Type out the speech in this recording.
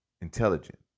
intelligent